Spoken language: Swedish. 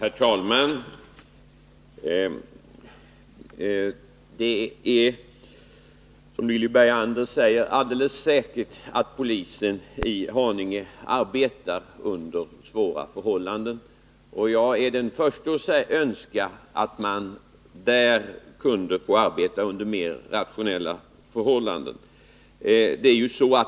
Herr talman! Det är, som Lilly Bergander säger, alldeles riktigt att polisen i Haninge arbetar under svåra omständigheter, och jag är den förste att önska att man där kunde få arbeta under mer rationella förhållanden.